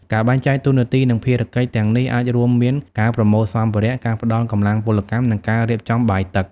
ការបែងចែកតួនាទី និងភារកិច្ចទាំងនេះអាចរួមមាន ការប្រមូលសម្ភារៈ ការផ្តល់កម្លាំងពលកម្ម និងការរៀបចំបាយទឹក។